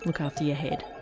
look after your head